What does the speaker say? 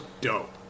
dope